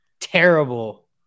terrible